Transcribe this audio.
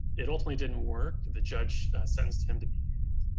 it ultimately didn't work. the judge sentenced him to be hanged,